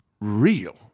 real